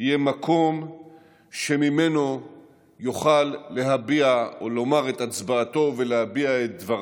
יהיה מקום שממנו יוכל לומר את הצבעתו ולהביע את דבריו.